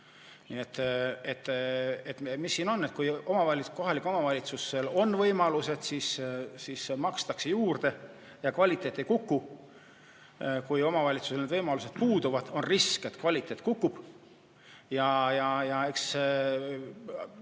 Nii et mis siin on: kui kohalikel omavalitsustel on võimalused, siis makstakse juurde ja kvaliteet ei kuku, kui omavalitsusel need võimalused puuduvad, on risk, et kvaliteet kukub. Ja eks